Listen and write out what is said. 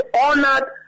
honored